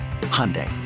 Hyundai